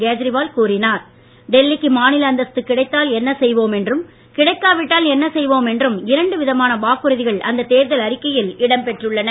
கேஜ்ரிவால் டெல்லிக்கு மாநில அந்தஸ்து கிடைத்தால் என்ன செய்வோம் என்றும் கிடைக்காவிட்டால் என்ன செய்வோம் என்றும் இரண்டு விதமான வாக்குறுதிகள் அந்த தேர்தல் அறிக்கையில் இடம் பெற்றுள்ளன